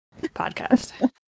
podcast